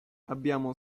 abbiamo